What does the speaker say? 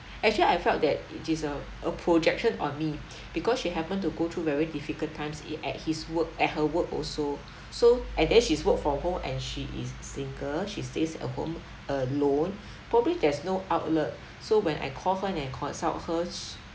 actually I felt that it is a a projection on me because she happened to go through very difficult times it at his work at her work also so and then she's work from home and she is single she stays at home alone probably there's no outlet so when I call her and consult her sh~